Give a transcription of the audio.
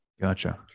Gotcha